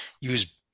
use